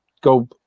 go